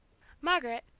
margaret,